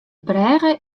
brêge